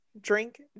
drink